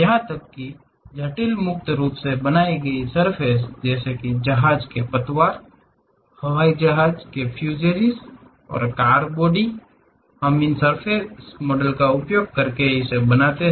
यहां तक कि जटिल मुक्त रूप से बनाई गई सर्फ़ेस जैसे जहाज के पतवार हवाई जहाज के फ्यूजेस और कार बॉडी हम इन सर्फ़ेस मॉडल का उपयोग कर सकते हैं